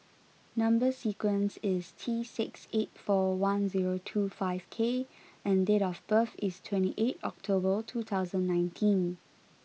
number sequence is T six eight four one zero two five K and date of birth is twenty eight October two thousand nineteen